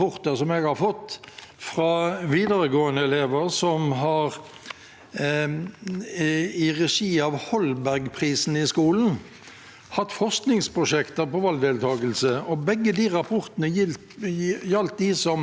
har hatt forskningsprosjekter om valgdeltakelse. Begge rapportene gjaldt dem som har kognitiv funksjonsnedsettelse, og hvordan vi kan involvere også dem i valget på en god måte.